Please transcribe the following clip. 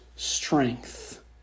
strength